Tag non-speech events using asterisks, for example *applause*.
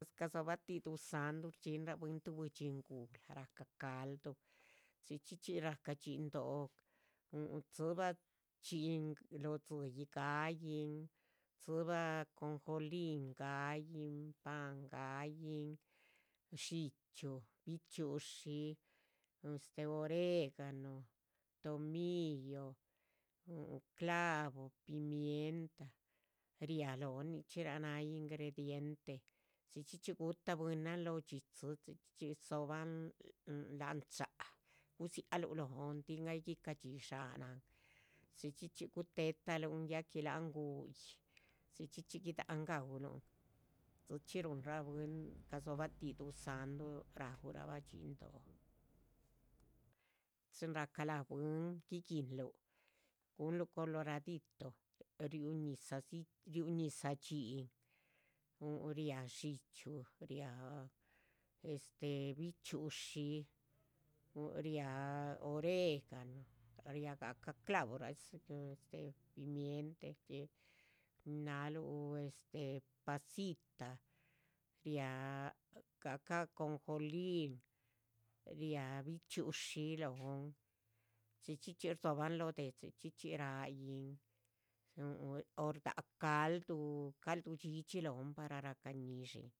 Gadzo ba tih, duzáhndu rdxín rah bwín tuh buidxi nguhla rahca calduh chí chxí chxí, rahca dhxín dóh huhu, dzi´bah dhxín lóh dzíyih ga´yihn, dzi´bah. ajonjolí, pan, ga´yihn, dxíchyu bichxi´ushi, este oregano, tomillo, hum clavo, pimienta, ria´ lóhon nichxí raa náh ingrediente chxí chxí chxí gu´tah bwínan. lóh dzíyih chxí chxí chxí dzo´bahan, láhan cha´ gudzia´luh lóhon tin ay gica dxí dshá nahan chxí chxí chxí gute´taluhn ya que láhan gu´yih chxí chxí chxí gida´chan. ga´u luhun dzichxí ruhunra bwín, gadzóbah tih duzáhndu rgúrahba dhxín dóh, chxín rahca láh bwín gui´guinluh, guhunliuh coloradito, guhunlu coloradito, riú ñizah. dzí, riú ñizah dhxín, hu riá dxíchyu riá estee bichxi´ushi hu ria´ oregano riagahca clavo *unintelligible* este pimiente chxí, nin náhluh, este pasita, riá gahca ajonjoli,. riá bichxi´ushi lóhon, chxí chxí chxí rdzo´bahn lóh déh chxí chxí chxí ra´yin, huhu orh rdác calduh, calduh dhxídhxi lóhon para ra´ca ñi´dxin.